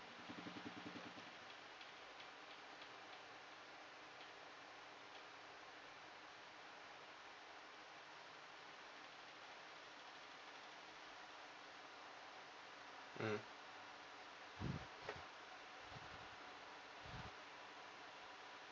mm